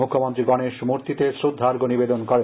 মুখ্যমন্ত্রী গণেশ মূর্তিতে শ্রদ্ধার্ঘ নিবেদন করেন